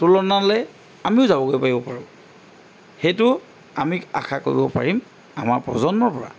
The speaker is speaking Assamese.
তুলনালৈ আমিও যাবগৈ পাৰিব পাৰোঁ সেইটো আমি আশা কৰিব পাৰিম আমাৰ প্ৰজন্মৰ পৰা